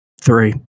three